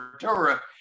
Torah